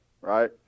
right